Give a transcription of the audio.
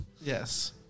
Yes